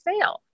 fail